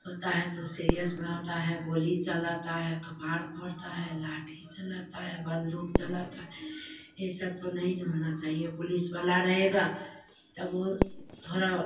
होता है तो सिरियस में होता है गोली चलाता है कपार फोड़ता है लाठी चलाता है बंदूक चलाता है ए सब तो नहीं न होना चाहिए पुलिस वाला रहेगा तब वो थोड़ा